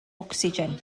ocsigen